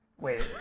wait